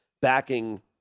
backing